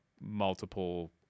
multiple